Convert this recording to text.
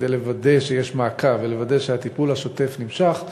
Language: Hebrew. כדי לוודא שיש מעקב ולוודא שהטיפול השוטף נמשך,